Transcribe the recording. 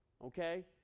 Okay